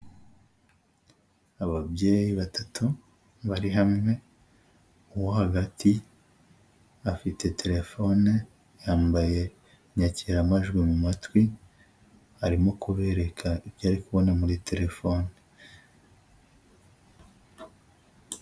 Ababyeyi batatu, bari hamwe, uwo hagati afite telefone, yambaye inyakiramajwi mu matwi, arimo kubereka ibyori ari kubona muri telefone.